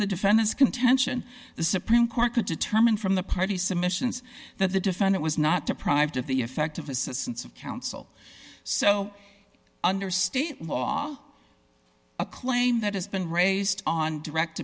the defendant's contention the supreme court could determine from the party submissions that the defendant was not deprived of the effective assistance of counsel so under state law a claim that has been raised on direct